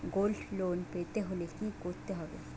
Gold loan পেতে হলে কি করতে হবে?